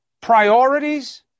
priorities